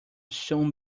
soon